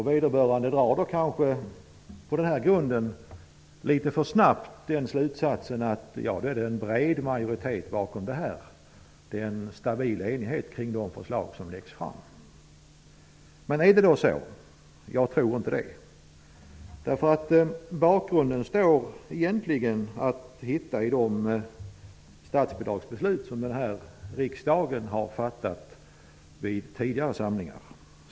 Vederbörande drar på den grunden litet för snabbt slutsatsen att det finns en bred majoritet bakom betänkandet och att det råder en stabil enighet kring de förslag som läggs fram. Är det så? Jag tror inte det. Bakgrunden står egentligen att finna i de beslut om statsbidrag som riksdagen har fattat vid tidigare samlingar.